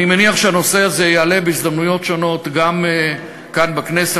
אני מניח שהנושא הזה יעלה בהזדמנויות שונות גם כאן בכנסת.